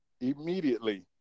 Immediately